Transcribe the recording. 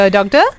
Doctor